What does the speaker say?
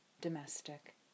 domestic